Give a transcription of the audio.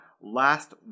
last